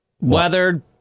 weather